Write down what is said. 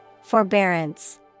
Forbearance